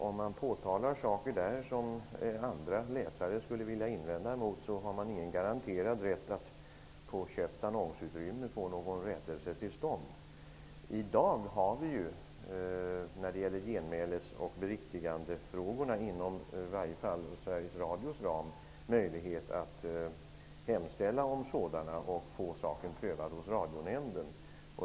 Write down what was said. Om man där påtalar någonting som andra läsare skulle vilja invända mot, har man ingen garanterad rätt att på köpt annonsutrymme få någon rättelse till stånd. I dag har vi inom i varje fall Sveriges Radios ram möjlighet att hemställa om genmäles och beriktiganderätten och få saken prövad hos Radionämnden.